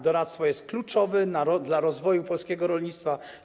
Doradztwo jest kluczowe dla rozwoju polskiego rolnictwa.